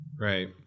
Right